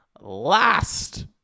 Last